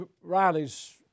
Riley's